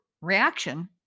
reaction